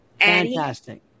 Fantastic